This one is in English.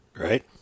Right